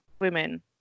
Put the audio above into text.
women